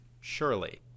surely